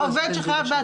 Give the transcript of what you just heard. או שהוא נדרש